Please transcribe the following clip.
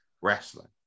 wrestling